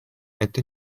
это